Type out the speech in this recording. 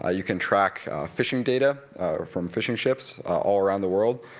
ah you can track fishing data from fishing ships all around the world,